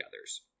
others